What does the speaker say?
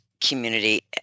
community